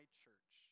church